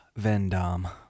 vendom